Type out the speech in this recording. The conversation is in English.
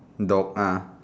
dog uh